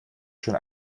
schon